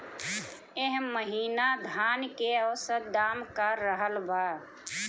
एह महीना धान के औसत दाम का रहल बा?